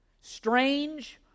strange